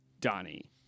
Donnie